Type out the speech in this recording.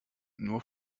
nur